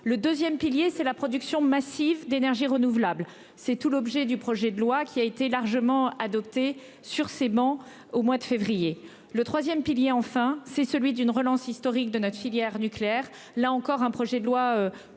le 2ème pilier, c'est la production massive d'énergie renouvelable. C'est tout l'objet du projet de loi qui a été largement adopté sur ces bancs au mois de février, le 3ème pilier enfin c'est celui d'une relance historique de notre filière nucléaire là encore un projet de loi